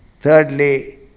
Thirdly